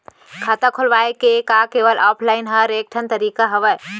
खाता खोलवाय के का केवल ऑफलाइन हर ऐकेठन तरीका हवय?